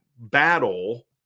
battle